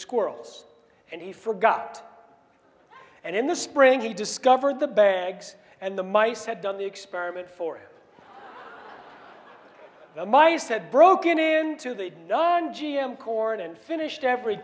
squirrels and he forgot and in the spring he discovered the bags and the mice had done the experiment for them i said broken into they done g m corn and finished every